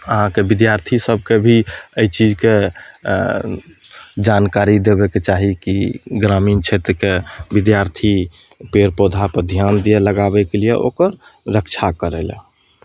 अहाँके बिद्यार्थी सभके भी एहि चीजके जानकारी देबैके चाही कि ग्रामीण छेत्रके बिद्यार्थी पेड़ पौधा पर धिआन दिअ लगाबैके लिए ओकर रक्षा करैलऽ